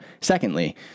Secondly